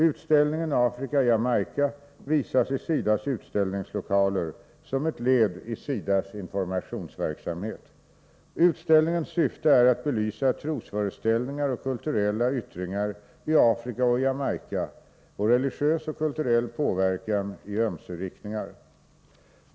Utställningen ”Afrika-Jamaica” visas i SIDA:s utställningslokaler som ett led i SIDA:s informationsverksamhet. Utställningens syfte är att belysa trosföreställningar och kulturella yttringar i Afrika och Jamaica och religiös och kulturell påverkan i ömse riktningar.